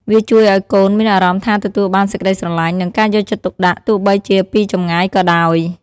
វាជួយឲ្យកូនមានអារម្មណ៍ថាទទួលបានសេចក្ដីស្រឡាញ់ និងការយកចិត្តទុកដាក់ ទោះបីជាពីចម្ងាយក៏ដោយ។